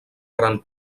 gran